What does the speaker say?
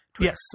yes